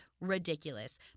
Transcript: ridiculous